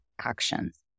actions